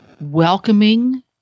welcoming